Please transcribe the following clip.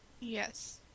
yes